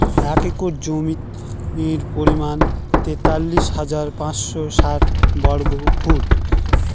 এক একর জমির পরিমাণ তেতাল্লিশ হাজার পাঁচশ ষাট বর্গফুট